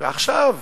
ועכשיו,